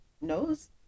knows